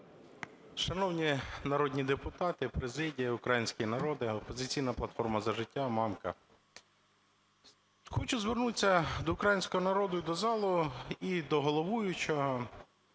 Шановні народні депутати, президія, український народе! "Опозиційна платформа – За життя", Мамка. Хочу звернутися до українського народу і до залу, і до головуючого.